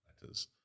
letters